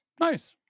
nice